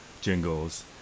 jingles